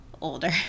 older